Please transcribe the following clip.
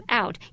out